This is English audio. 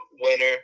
winner